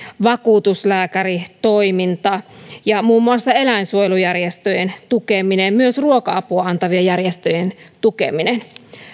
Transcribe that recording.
vakuutuslääkäritoiminta ja muun muassa eläinsuojelujärjestöjen tukeminen ja myös ruoka apua antavien järjestöjen tukeminen